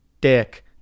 dick